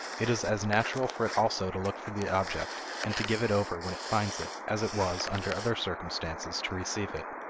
it is as natural for it also to look for the object and to give it over when it finds it, as it was, under other circumstances, to receive it.